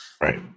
Right